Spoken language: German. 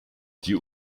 die